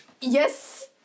Yes